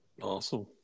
awesome